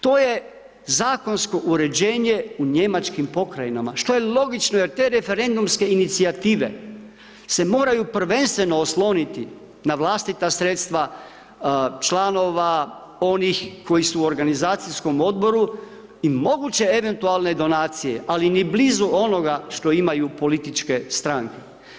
To je zakonsko uređenje u njemačkim pokrajinama, što je logično jer te referendumske inicijative se moraju prvenstveno osloniti na vlastita sredstva članova onih koji su u organizacijskom Odboru i moguće eventualne donacije, ali ni blizu onoga što imaju političke stranke.